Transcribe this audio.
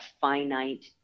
finite